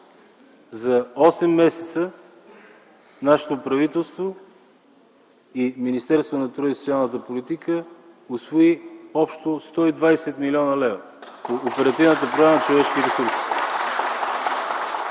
За осем месеца нашето правителство и Министерството на труда и социалната политика усвои общо 120 млн. лв. по Оперативна програма „Човешки ресурси”.